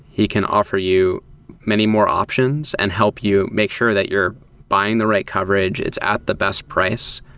he can offer you many more options and help you make sure that you're buying the right coverage. it's at the best price,